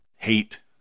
Hate